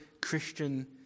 Christian